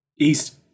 East